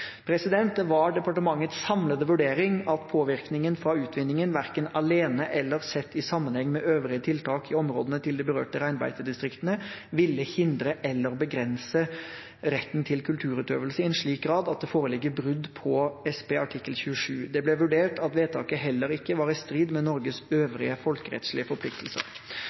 Det var departementets samlede vurdering at påvirkningen fra utvinningen, hverken alene eller sett i sammenheng med øvrige tiltak i områdene til de berørte reinbeitedistriktene, ville hindre eller begrense retten til kulturutøvelse i en slik grad at det foreligger brudd på SP artikkel 27. Det ble vurdert at vedtaket heller ikke var i strid med Norges øvrige folkerettslige forpliktelser.